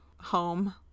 home